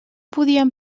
podien